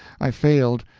i failed,